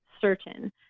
certain